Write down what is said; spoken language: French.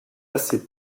assez